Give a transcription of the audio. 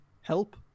help